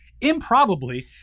improbably